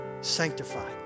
sanctified